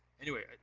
anyway,